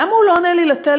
למה הוא לא עונה לי לטלפון?